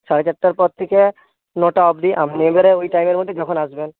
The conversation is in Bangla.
সাড়ে চারটার পর থেকে নটা অবধি আপনি এবারে ওই টাইমের মধ্যে যখন আসবেন